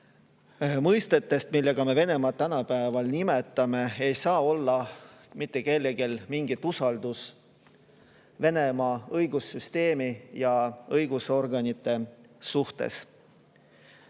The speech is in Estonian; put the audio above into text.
mõistetest, millega me Venemaad tänapäeval nimetame, ei saa olla mitte kellelgi mingit usaldust Venemaa õigussüsteemi ja õigusorganite